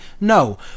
No